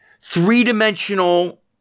three-dimensional